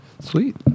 Sweet